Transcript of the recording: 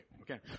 Okay